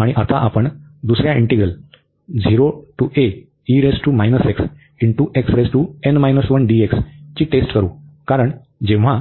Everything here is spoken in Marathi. आणि आता आपण दुसर्या इंटीग्रल ची टेस्ट करू कारण जेव्हा